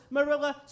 Marilla